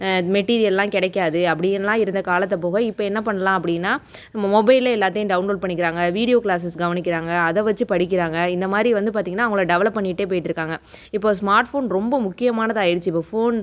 மெட்டீரியெல்லாம் கிடைக்காது அப்படினுலாம் இருந்த காலத்தை போக இப்போ என்ன பண்ணலாம் அப்படினா நம்ம மொபைலிலே எல்லாத்தையும் டவுன்லோட் பண்ணிக்கிறாங்க வீடியோ க்ளாஸஸ் கவனிக்கிறாங்க அதை வச்சு படிக்கிறாங்க இந்த மாதிரி வந்து பார்த்தீங்னா அவங்கள டெவலப் பண்ணிகிட்டே போய்ட்டுருக்காங்க இப்போ ஸ்மார்ட் ஃபோன் ரொம்ப முக்கியமானதாயிடுச்சு ஃபோன்